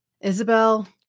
Isabel